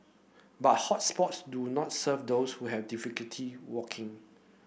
but hot spots do not serve those who have difficulty walking